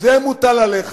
זה מוטל עליך.